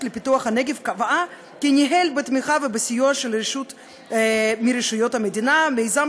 לפיתוח הנגב קבע שניהל בתמיכה ובסיוע של רשות מרשויות המדינה מיזם